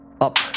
up